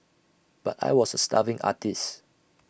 but I was A starving artist